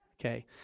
Okay